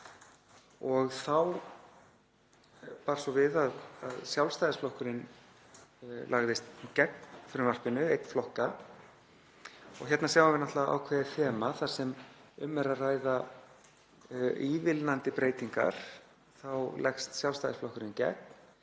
Þá bar svo við að Sjálfstæðisflokkurinn lagðist gegn frumvarpinu einn flokka. Hérna sjáum við náttúrlega ákveðið þema; þar sem um er að ræða ívilnandi breytingar þá leggst Sjálfstæðisflokkurinn gegn